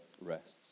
rests